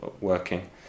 working